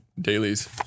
dailies